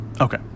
okay